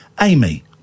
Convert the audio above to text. Amy